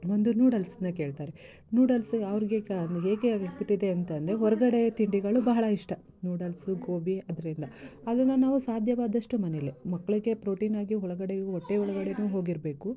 ಒಂದು ನೂಡಲ್ಸ್ನ ಕೇಳ್ತಾರೆ ನೂಡಲ್ಸ್ ಅವ್ರಿಗೆ ಕಾ ಅದ್ನ ಹೇಗೆ ಬಿಟ್ಟಿದೆ ಅಂತಂದರೆ ಹೊರಗಡೆ ತಿಂಡಿಗಳು ಬಹಳ ಇಷ್ಟ ನೂಡಲ್ಸು ಗೋಬಿ ಅದರಿಂದ ಅದನ್ನು ನಾವು ಸಾಧ್ಯವಾದಷ್ಟು ಮನೆಯಲ್ಲೇ ಮಕ್ಳಿಗೆ ಪ್ರೋಟೀನ್ ಆಗಿ ಒಳ್ಗಡೆಯೂ ಹೊಟ್ಟೆ ಒಳ್ಗಡೆಯೂ ಹೋಗಿರಬೇಕು